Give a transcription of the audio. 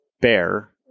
bear